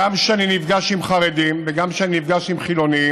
גם כשאני נפגש עם חרדים וגם כשאני נפגש עם חילונים,